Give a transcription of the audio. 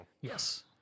Yes